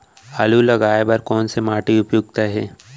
आलू लगाय बर कोन से माटी उपयुक्त हे?